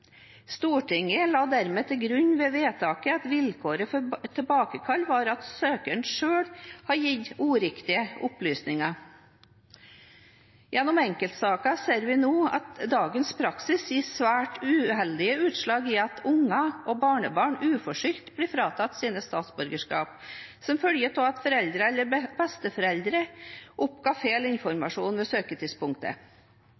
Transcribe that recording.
Stortinget la dermed til grunn ved vedtaket at vilkåret for tilbakekall var at søkeren selv hadde gitt uriktige opplysninger. Gjennom enkeltsaker ser vi nå at dagens praksis gir svært uheldige utslag, ved at barn og barnebarn uforskyldt blir fratatt sine statsborgerskap som følge av at foreldre eller besteforeldre oppga feil